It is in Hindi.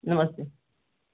नमस्ते